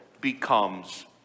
becomes